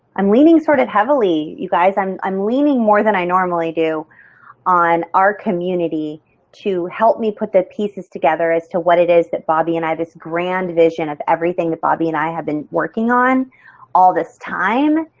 i'm leaning sort of heavily you guys, i'm i'm leaning more than i normally do on our community to help me put the pieces together as to what it is that bobbi and i, this grand vision of everything that bobbi and i have been working on all this time